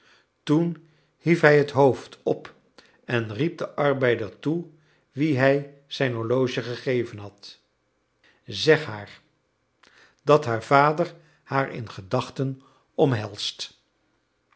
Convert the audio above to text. toen hief hij het hoofd op en riep den arbeider toe wien hij zijn horloge gegeven had zeg haar dat haar vader haar in gedachten omhelst